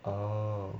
err